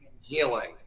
healing